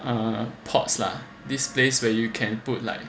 um ports lah this place where you can put like